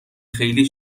خیلی